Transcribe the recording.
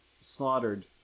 slaughtered